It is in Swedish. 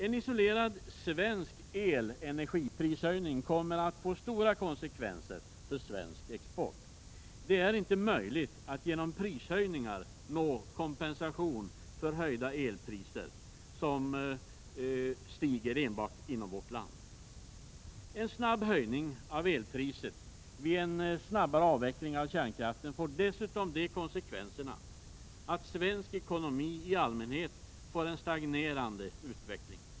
En isolerad svensk elenergiprishöjning kommer att få stora konsekvenser för svensk export. Det är inte möjligt att genom prishöjningar nå någon kompensation för elpriser som höjts enbart inom landet. dessutom de konsekvenserna att svensk ekonomi i allmänhet får en stagnerande utveckling.